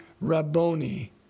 Rabboni